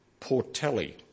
Portelli